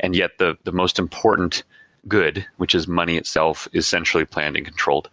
and yet the the most important good, which is money itself, is essentially planned and controlled.